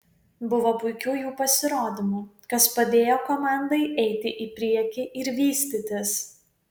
buvo puikių jų pasirodymų kas padėjo komandai eiti į priekį ir vystytis